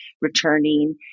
returning